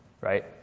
right